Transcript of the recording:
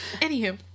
Anywho